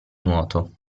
nuoto